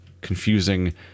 confusing